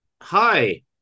hi